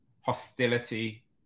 hostility